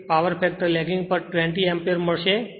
8 power factor lagging પર 20 ampere મળશે